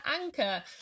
Anchor